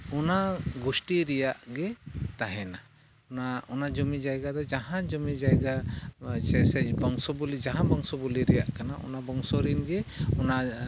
ᱚᱱᱟ ᱜᱩᱥᱴᱤ ᱨᱮᱭᱟᱜ ᱜᱮ ᱛᱟᱦᱮᱱᱟ ᱚᱱᱟ ᱚᱱᱟ ᱡᱩᱢᱤ ᱡᱟᱭᱜᱟ ᱫᱚ ᱡᱟᱦᱟᱸ ᱡᱩᱢᱤ ᱡᱟᱭᱜᱟ ᱥᱮ ᱥᱮ ᱵᱚᱝᱥᱚ ᱵᱚᱞᱤ ᱡᱟᱦᱟᱸ ᱵᱚᱝᱥᱚ ᱵᱩᱞᱤ ᱨᱮᱭᱟᱜ ᱠᱟᱱᱟ ᱚᱱᱟ ᱚᱱᱟ ᱵᱚᱝᱥᱚ ᱨᱮᱱᱜᱮ ᱚᱱᱟ